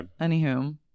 anywho